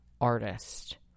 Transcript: artist